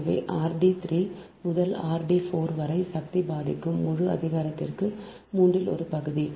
எனவே r d 3 முதல் r d 4 வரை சக்தி பாதிக்கு முழு அதிகாரத்திற்கு மூன்றில் ஒரு பகுதி